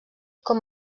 com